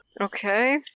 Okay